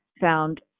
found